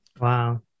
Wow